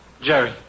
Jerry